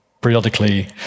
periodically